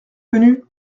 venu